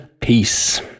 Peace